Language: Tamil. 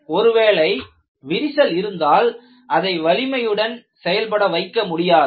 ஒருவேளை விரிசல் இருந்தால் அதை வலிமையுடன் செயல்பட வைக்க முடியாது